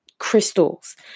Crystals